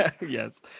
Yes